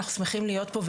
אנחנו שמחים להיות פה.